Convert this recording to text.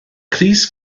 crys